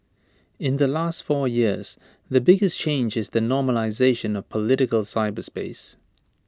in the last four years the biggest change is the normalisation of political cyberspace